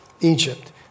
Egypt